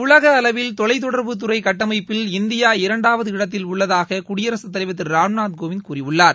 உலக அளவில் தொலைத்தொடர்பு கட்டமைப்பில் இந்தியா இரண்டாவது இடத்தில் உள்ளதாக குடியரசுத்தலைவர் திரு ராம்நாத்கோவிந்த் கூறியுள்ளார்